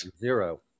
Zero